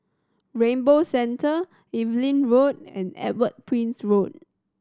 Rainbow Centre Evelyn Road and Edward Prince Road